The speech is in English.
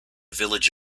village